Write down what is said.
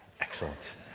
Excellent